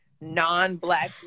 non-Black